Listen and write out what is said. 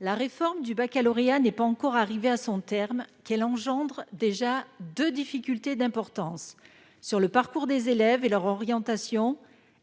la réforme du baccalauréat n'est pas encore arrivée à son terme qu'elle engendre déjà deux difficultés d'importance : sur le parcours des élèves et leur orientation,